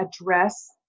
address